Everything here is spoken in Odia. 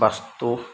ବାସ୍ତୁ